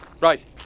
Right